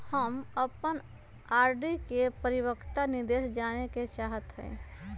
हम अपन आर.डी के परिपक्वता निर्देश जाने के चाहईत हती